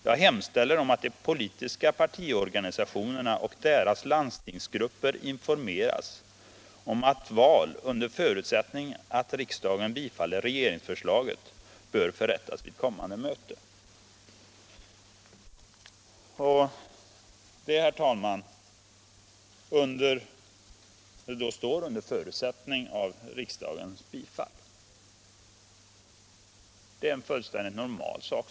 Jag hemställer om att de politiska partiorganisationerna och deras landstingsgrupper informeras om att val, under förutsättning att riksdagen bifaller regeringsförslaget, bör förrättas vid kommande möte.” Det är alltså, herr talman, som det står, ”under förutsättning att riksdagen bifaller regeringsförslaget”.